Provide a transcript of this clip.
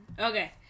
Okay